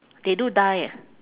they do die ah